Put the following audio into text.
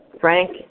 Frank